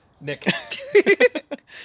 Nick